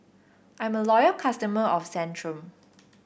I'm a loyal customer of Centrum